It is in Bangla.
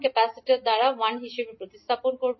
ক্যাপাসিটারকে 1 দ্বারা 1 হিসাবে উপস্থাপন করা হবে